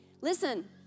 Listen